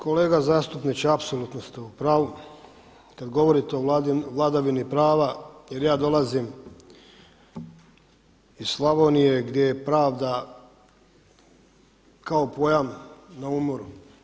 Kolega zastupniče, apsolutno ste u pravu, kada govorite o vladavini prava jer ja dolazim iz Slavonije gdje je pravda kao pojam na umoru.